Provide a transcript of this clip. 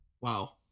Wow